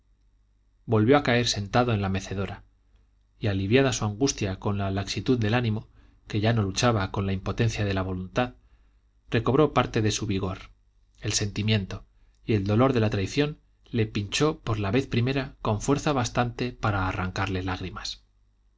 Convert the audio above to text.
volvió a caer sentado en la mecedora y aliviada su angustia con la laxitud del ánimo que ya no luchaba con la impotencia de la voluntad recobró parte de su vigor el sentimiento y el dolor de la traición le pinchó por la vez primera con fuerza bastante para arrancarle lágrimas